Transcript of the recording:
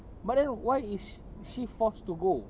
but then why is sh~ she forced to go